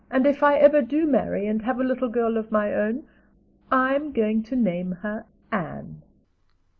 and if i ever do marry and have a little girl of my own i'm going to name her anne.